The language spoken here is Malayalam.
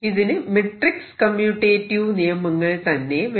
ഇതിനു മെട്രിക്സ് കമ്മ്യൂറ്റേറ്റീവ് നിയമങ്ങൾ തന്നെ വേണം